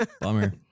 Bummer